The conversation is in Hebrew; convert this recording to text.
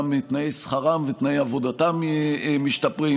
גם תנאי שכרם ותנאי עבודתם משתפרים.